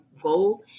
go